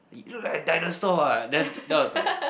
you look like dinosaur ah then that was like